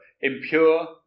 impure